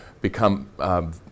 become